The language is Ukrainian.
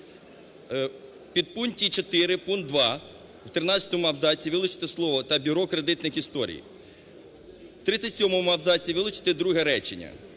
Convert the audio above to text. підпункті 4 пункт 2 в 13 абзаці вилучити слова "та бюро кредитних історій". У 37 абзаці вилучити друге речення.